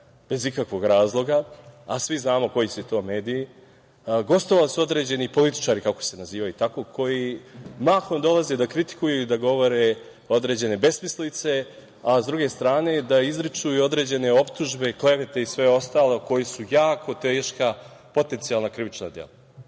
bez ikakvog razloga, a svi znamo koji su to mediji, gostovali su određeni političari, tako se nazivaju, koji mahom dolaze da kritikuju i da govore određene besmislice, a s druge strane da izriču i određene optužbe, klevete i sve ostalo, koji su jako teška, potencijalna krivična dela.